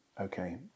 Okay